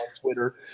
Twitter